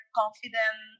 confident